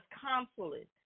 consulate